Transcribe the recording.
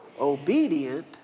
obedient